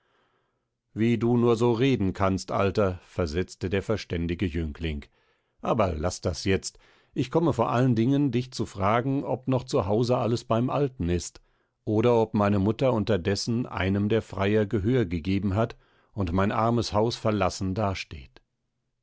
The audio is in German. wie du nur so reden kannst alter versetzte der verständige jüngling aber laß das jetzt ich komme vor allen dingen dich zu fragen ob noch zu hause alles beim alten ist oder ob meine mutter unterdessen einem der freier gehör gegeben hat und mein armes haus verlassen dasteht